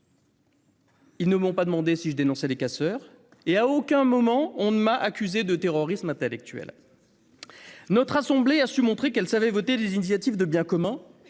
Ils ne m'ont pas non plus demandé si je dénonçais les casseurs et, à aucun moment, je n'ai été accusé de terrorisme intellectuel. Notre assemblée a su montrer qu'elle savait voter des initiatives pour le bien commun,